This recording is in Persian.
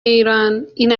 ایران، این